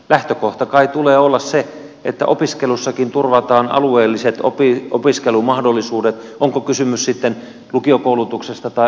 lähtökohtana kai tulee olla se että opiskelussakin turvataan alueelliset opiskelumahdollisuudet on kysymys sitten lukiokoulutuksesta tai ammatillisesta koulutuksesta